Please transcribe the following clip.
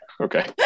okay